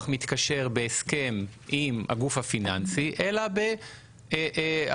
מתקשר בהסכם עם הגוף הפיננסי אלא בהטבות,